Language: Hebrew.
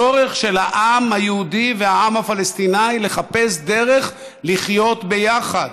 צורך של העם היהודי והעם הפלסטיני לחפש דרך לחיות ביחד.